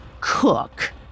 Cook